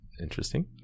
interesting